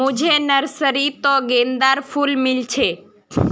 मुझे नर्सरी त गेंदार फूल मिल छे